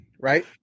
right